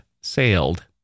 sailed